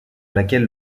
laquelle